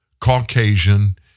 Caucasian